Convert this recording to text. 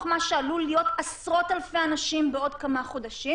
מה שעלול להיות עשרות אלפי אנשים בעוד כמה חודשים,